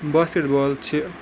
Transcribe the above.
basket بال چھِ